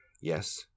Yes